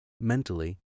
mentally